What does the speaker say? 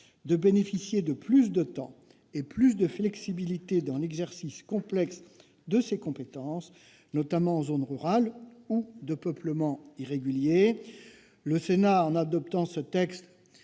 de bénéficier de plus de temps et de plus de flexibilité dans l'exercice complexe de ces compétences, notamment en zone rurale ou de peuplement irrégulier. Le Sénat, en adoptant ce texte,